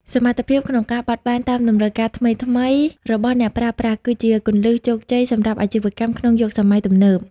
សមត្ថភាពក្នុងការបត់បែនតាមតម្រូវការថ្មីៗរបស់អ្នកប្រើប្រាស់ គឺជាគន្លឹះជោគជ័យសម្រាប់អាជីវកម្មក្នុងយុគសម័យទំនើប។